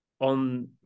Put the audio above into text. on